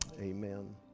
amen